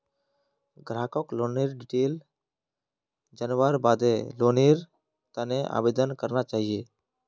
ग्राहकक लोनेर डिटेल जनवार बाद लोनेर त न आवेदन करना चाहिए